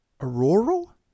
Auroral